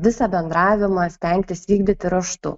visą bendravimą stengtis vykdyti raštu